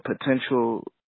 potential